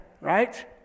right